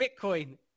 Bitcoin